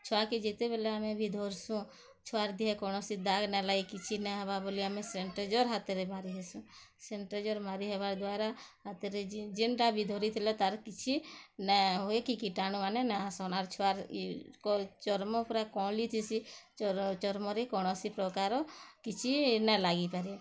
ଛୁଆକେ ଯେତେବେଲେ ଆମେ ବି ଧର୍ସୁଁ ଛୁଆର୍ ଦିହେ କୌଣସି ଦାଗ୍ ନାଇଁ ଲାଗେ କିଛି ନାଇଁ ହେବା ବୋଲି ଆମେ ସାନିଟାଇଜର୍ ହାତରେ ମାରିହେସୁଁ ସାନିଟାଇଜର୍ ମାରି ହେବାର୍ ଦ୍ଵାରା ହାତରେ ଯେନ୍ ଯେନ୍ଟା ବି ଧରିଥିଲେ ତାର୍ କିଛି ନାଇଁ ହୁଏ କି କୀଟାଣୁ ମାନେ ନାଇଁ ଆସନ୍ ଆର୍ ଛୁଆର୍ ଇଏ ଚର୍ମ ପୁରା କଇଁଲି ଥିସି ଚର୍ମରେ କୌଣସି ପ୍ରକାର କିଛି ନାଇଁ ଲାଗିପାରେ